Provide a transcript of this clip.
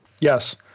Yes